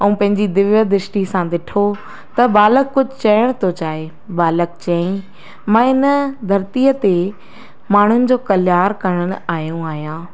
ऐं पंहिंजी दिव्य दृष्टि सां ॾिठो त बालक कुझु चइण थो चाहे बालक चई मां इन धरतीअ ते माण्हुनि जो कल्याण करणु आयो आहियां